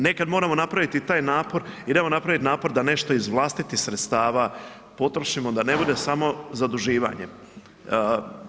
Nekad moramo napraviti i taj napor, idemo napraviti napor da nešto iz vlastitih sredstava potrošimo, da ne bude samo zaduživanje.